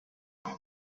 when